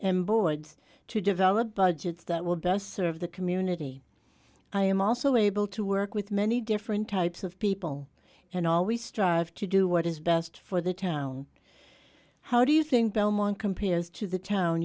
and boards to develop budgets that will best serve the community i am also able to work with many different types of people and always strive to do what is best for the town how do you think belmont compares to the town